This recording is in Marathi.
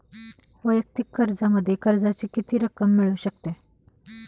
वैयक्तिक कर्जामध्ये कर्जाची किती रक्कम मिळू शकते?